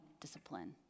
discipline